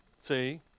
See